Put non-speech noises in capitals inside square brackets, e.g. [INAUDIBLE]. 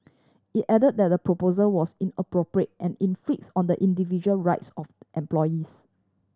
it add that the proposal was inappropriate and [UNINTELLIGIBLE] on the individual rights of employees